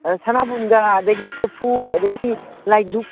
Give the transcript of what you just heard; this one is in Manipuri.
ꯁꯅꯥꯕꯨꯟꯒ ꯑꯗꯒꯤ ꯀꯣꯔꯐꯨ ꯑꯗꯒꯤ ꯂꯥꯏꯗꯨꯛ